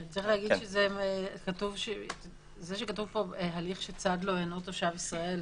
זה שכתוב פה "הליך שצד לו אינו תושב ישראל",